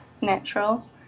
natural